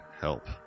help